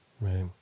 Right